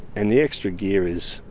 and the extra gear is.